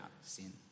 sin